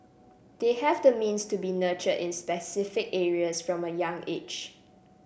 they have the means to be nurtured in specific areas from a young age